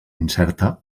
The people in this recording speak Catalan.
incerta